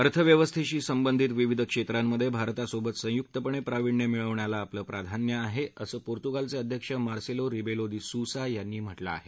अर्थव्यवस्थेशी संबंधित विविध क्षेत्रांमध्ये भारतासोबत संयुकपणे प्रावीण्य मिळवण्याला आपलं प्राधान्य आहे असं पोर्तुगालचे अध्यक्ष मार्सेलो रिबेलो दी सुसा यांनी म्हटलं आहे